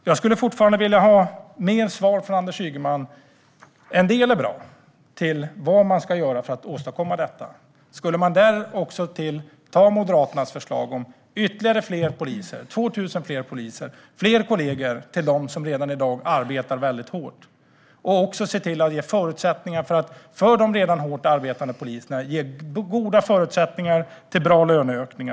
Jag skulle fortfarande vilja ha mer svar från Anders Ygeman - en del är bra - på vad man ska göra för att åstadkomma detta. Därtill skulle man ta Moderaternas förslag om 2 000 fler poliser, fler kollegor till dem som redan i dag arbetar väldigt hårt, och också ge goda förutsättningar till bra löneökningar för de redan hårt arbetande poliserna.